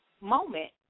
moment